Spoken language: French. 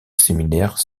séminaire